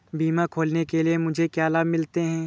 बीमा खोलने के लिए मुझे क्या लाभ मिलते हैं?